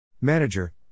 Manager